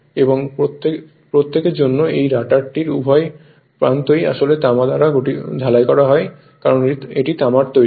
এবং প্রত্যেকের জন্য এবং এই রোটারের উভয় প্রান্তই আসলে তামা দ্বারা ঝালাই করা হয় কারণ এটি তামার তৈরি